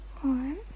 One